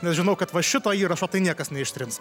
nes žinau kad va šito įrašo tai niekas neištrins